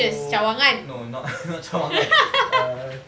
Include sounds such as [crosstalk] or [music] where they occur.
two no not [laughs] cawangan err